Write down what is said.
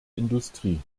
industrie